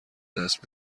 دست